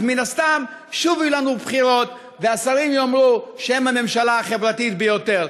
אז מן הסתם שוב יהיו לנו בחירות והשרים יאמרו שהם הממשלה החברתית ביותר.